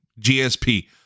GSP